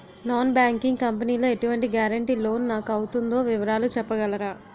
Non banking company లో ఎటువంటి guarantee loan నాకు అవుతుందో వివరాలు చెప్పగలరా?